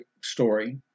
story